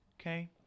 okay